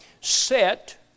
Set